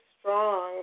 strong